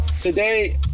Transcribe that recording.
Today